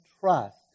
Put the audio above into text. trust